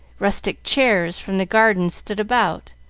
rustic chairs from the garden stood about,